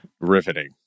Riveting